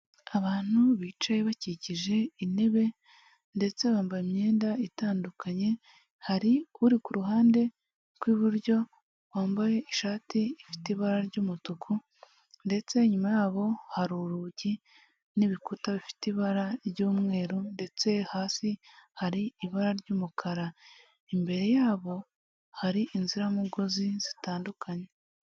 Abantu bicaye bakikije intebe ndetse bambaye imyenda itandukanye hari uri ku ruhande rw'iburyo wambaye ishati ifite ibara ry'umutuku ndetse inyuma yabo hari urugi n'ibikuta bifite ibara ry'umweru ndetse hasi hari ibara ry'umukara, imbere yabo hari inziramugozi zitandukanye.